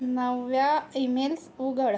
नव्या ईमेल्स उघड